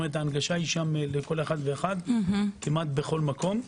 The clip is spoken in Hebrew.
ההנגשה היא שם לכל אחד ואחד בכל מקום כמעט.